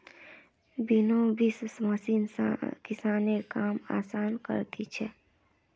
winnowing machine किसानेर काम आसान करे दिया छे